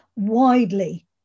widely